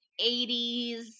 80s